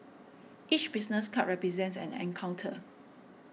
each business card represents an encounter